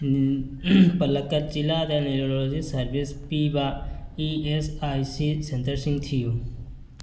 ꯄꯂꯛꯀꯠ ꯖꯤꯂꯥꯗ neurology service ꯄꯤꯕ E S I C ꯁꯦꯟꯇ꯭ꯔꯁꯤꯡ ꯊꯤꯌꯨ